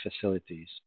facilities